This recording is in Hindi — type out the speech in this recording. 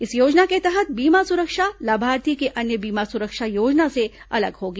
इस योजना के तहत बीमा सुरक्षा लाभार्थी के अन्य बीमा सुरक्षा योजना से अलग होगी